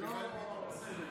ומיכאל ביטון,